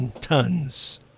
tons